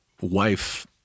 wife